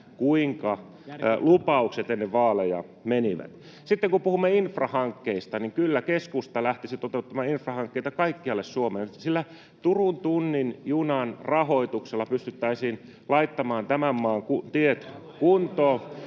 kuinka lupaukset ennen vaaleja menivät. Sitten kun puhumme infrahankkeista, niin kyllä keskusta lähtisi toteuttamaan infrahankkeita kaikkialle Suomeen. Turun tunnin junan rahoituksella pystyttäisiin laittamaan tämän maan tiet kuntoon